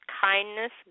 kindness